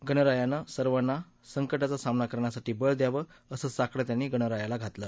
गणरायानं सर्वांना संकटांचा सामना करण्यासाठी बळ द्यावं असं साकडं त्यांनी गणरायाला घातलं